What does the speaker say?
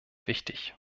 wichtig